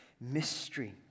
mystery